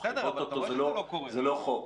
זה לא חוק.